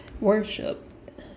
worship